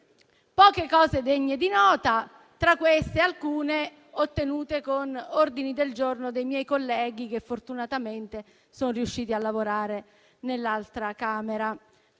poche cose degne di nota e, tra queste, ve ne sono alcune ottenute con ordini del giorno dei miei colleghi, che fortunatamente sono riusciti a lavorare nell'altra Camera: